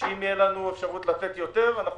שאם תהיה לנו אפשרות לתת יותר אנחנו